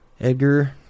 Edgar